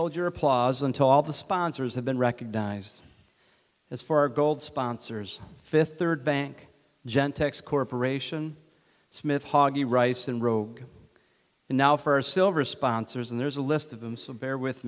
hold your applause until all the sponsors have been recognized as for gold sponsors fifth third bank gentex corporation smith hoggy rice and roe and now for a silver sponsors and there's a list of them so bear with